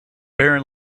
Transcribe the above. baron